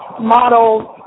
models